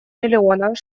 миллионов